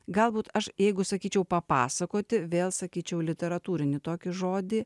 galbūt aš jeigu sakyčiau papasakoti vėl sakyčiau literatūrinį tokį žodį